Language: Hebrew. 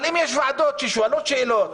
אבל אם יש ועדות ששואלות שאלות,